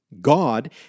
God